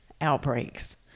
outbreaks